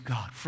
God